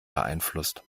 beeinflusst